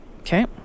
Okay